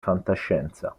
fantascienza